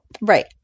right